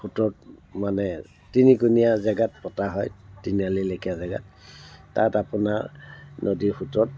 সোঁতত মানে তিনিকোণীয়া জেগাত পতা হয় তিনিআলি লেখীয়া জাগাত তাত আপোনাৰ নদীৰ সোঁতত